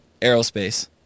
aerospace